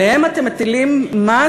עליהם אתם מטילים מס?